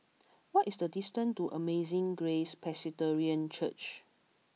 what is the distance to Amazing Grace Presbyterian Church